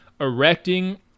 erecting